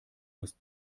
das